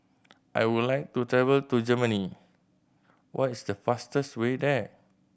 I would like to travel to Germany what is the fastest way there